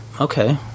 Okay